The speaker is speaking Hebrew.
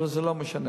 אבל זה לא משנה.